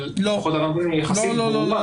אבל היא יחסית ברורה.